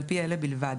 ועל פי אלה בלבד,